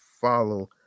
follow